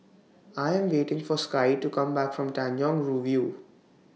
I Am waiting For Skye to Come Back from Tanjong Rhu View